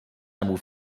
każdemu